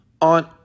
on